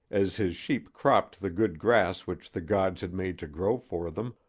as his sheep cropped the good grass which the gods had made to grow for them,